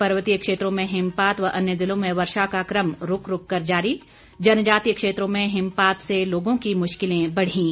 पर्वतीय क्षेत्रों में हिमपात व अन्य ज़िलों में वर्षा का कम रूक रूक कर जारी जनजातीय क्षेत्रों में हिमपात से लोगों की मुश्किलें बढीं